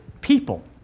people